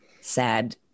sad